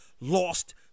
lost